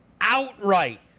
outright